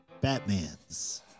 Batman's